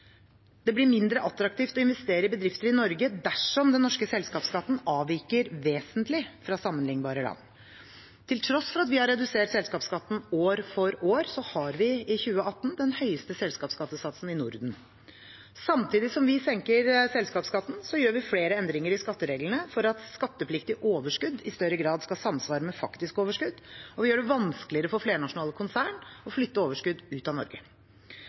Det blir mindre attraktivt å investere i bedrifter i Norge dersom den norske selskapsskatten avviker vesentlig fra sammenlignbare land. Til tross for at vi har redusert selskapsskatten år for år, har vi i 2018 den høyeste selskapsskattesatsen i Norden. Samtidig som vi senker selskapsskatten, gjør vi flere endringer i skattereglene for at skattepliktig overskudd i større grad skal samsvare med faktisk overskudd, og vi gjør det vanskeligere for flernasjonale konsern å flytte overskudd ut av Norge.